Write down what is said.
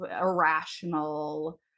irrational